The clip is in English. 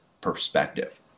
perspective